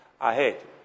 ahead